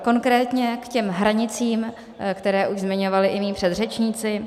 Konkrétně k těm hranicím, které už zmiňovali i mí předřečníci.